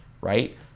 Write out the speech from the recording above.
right